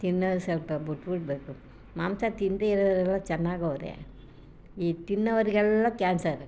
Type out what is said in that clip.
ತಿನ್ನೋದು ಸ್ವಲ್ಪ ಬಿಟ್ಬಿಡ್ಬೇಕು ಮಾಂಸ ತಿನ್ನದೇ ಇರೋರೆಲ್ಲ ಚೆನ್ನಾಗವ್ರೆ ಈ ತಿನ್ನೋವರಿಗೆಲ್ಲ ಕ್ಯಾನ್ಸರ್ ಬತ್